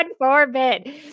forbid